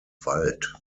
wald